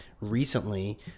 recently